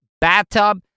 bathtub